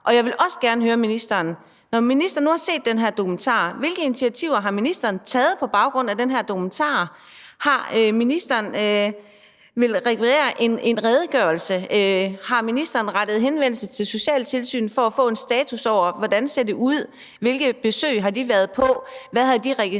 Jeg vil også gerne høre ministeren, når ministeren nu har set den her dokumentar, hvilke initiativer ministeren har taget på baggrund af den. Vil ministeren rekvirere en redegørelse? Har ministeren rettet henvendelse til socialtilsynet for at få en status over, hvordan det ser ud, hvilke besøg de har været på, hvad de har registreret